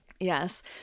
Yes